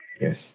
Yes